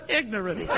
ignorant